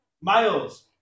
Miles